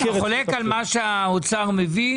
אתה חולק על מה שהאוצר מביא,